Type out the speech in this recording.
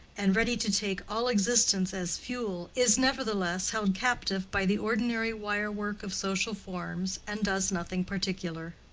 and ready to take all existence as fuel, is nevertheless held captive by the ordinary wirework of social forms and does nothing particular.